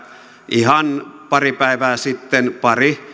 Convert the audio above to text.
ihan pari päivää sitten pari